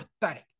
pathetic